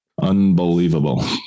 Unbelievable